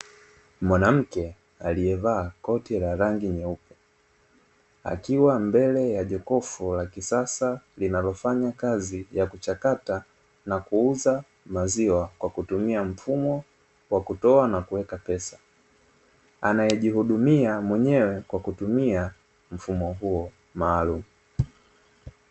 Mwanamke alievaa koti la rangi nyeupe, akiwa mbele ya jokofu la kisasa linalofanya kazi ya kuchakata na kuuza maziwa kwa kutumia mfumo wa kutoa na kuweka pesa. Anaejihudumia mwenyewe kwa kutumia mfumo huo maalumu.